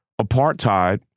apartheid